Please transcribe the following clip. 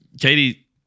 Katie